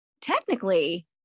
technically